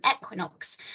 equinox